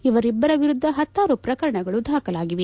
ಇವರಿಭ್ಗರ ವಿರುದ್ದ ಹತ್ತಾರು ಪ್ರಕರಣಗಳು ದಾಖಲಾಗಿವೆ